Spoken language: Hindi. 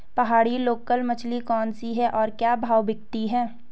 पहाड़ी लोकल मछली कौन सी है और क्या भाव बिकती है?